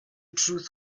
truth